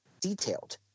detailed